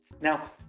Now